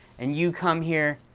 and you come here,